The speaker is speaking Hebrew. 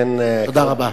תודה רבה.